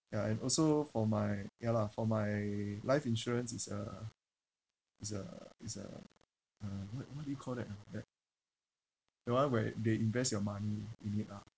ya and also for my ya lah for my life insurance is uh is uh is uh uh what what do you call that ah that that [one] where they invest your money in it lah